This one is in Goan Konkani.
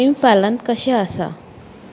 इन्फालन कशें आसा